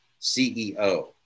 CEO